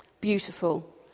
beautiful